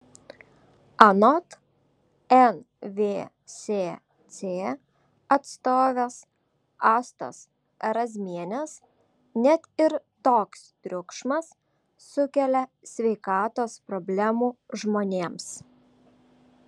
anot nvsc atstovės astos razmienės net ir toks triukšmas sukelia sveikatos problemų žmonėms